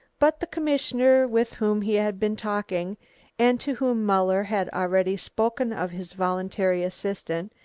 but the commissioner with whom he had been talking and to whom muller had already spoken of his voluntary assistant,